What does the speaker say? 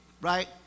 right